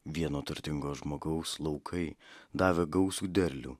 vieno turtingo žmogaus laukai davė gausų derlių